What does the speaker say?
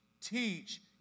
teach